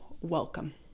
welcome